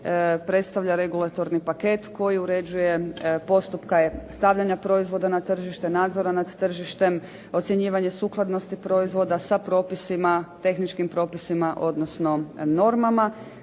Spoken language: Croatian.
predstavlja regulatorni paket koji uređuje postupke stavljanja proizvoda na tržište, nadzora nad tržištem, ocjenjivanje sukladnosti proizvoda sa propisima, tehničkim propisima odnosno normama,